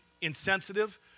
insensitive